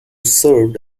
served